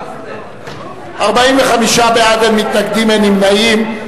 45 בעד, אין מתנגדים, אין נמנעים.